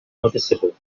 noticeable